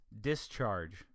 discharge